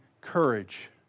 courage